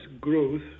growth